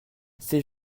ces